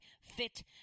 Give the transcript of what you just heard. fit